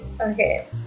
Okay